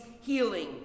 healing